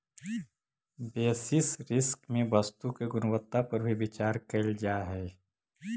basis risk में वस्तु के गुणवत्ता पर भी विचार कईल जा हई